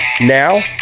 Now